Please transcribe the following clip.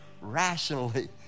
rationally